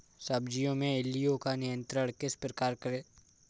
सब्जियों में इल्लियो का नियंत्रण किस प्रकार करें?